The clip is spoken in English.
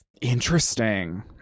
Interesting